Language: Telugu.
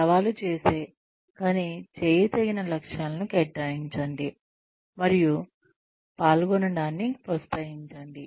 సవాలు చేసే కాని చేయదగిన లక్ష్యాలను కేటాయించండి మరియు పాల్గొనడాన్ని ప్రోత్సహించండి